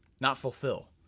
not fulfill,